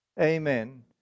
Amen